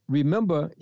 remember